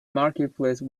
marketplace